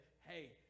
hey